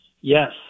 Yes